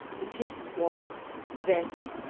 the test was that,